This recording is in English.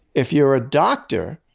if you're a doctor,